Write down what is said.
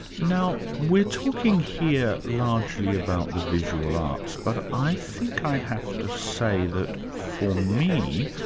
now we're talking here largely about the visual arts, but i think i'd have to say that for me,